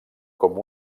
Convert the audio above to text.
com